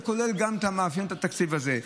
וזה מאפיין גם את התקציב הזה.